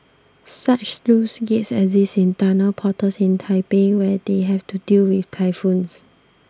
such sluice gates exist in tunnel portals in Taipei where they have to deal with typhoons